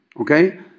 Okay